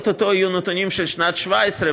או-טו-טו יהיו נתונים של שנת 2017,